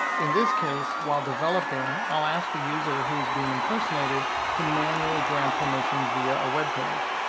in this case while developing, i'll ask the user who is being impersonated to manually grant permission via a web page.